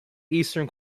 eastern